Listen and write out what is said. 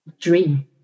dream